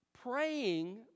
Praying